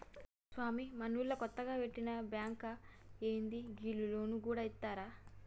స్వామీ, మనూళ్ల కొత్తగ వెట్టిన బాంకా ఏంది, గీళ్లు లోన్లు గూడ ఇత్తరా